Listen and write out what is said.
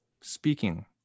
Speaking